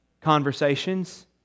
conversations